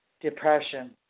depression